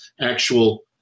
actual